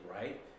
right